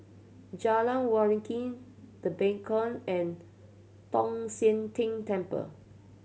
Jalan Waringin The Beacon and Tong Sian Tng Temple